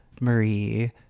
Marie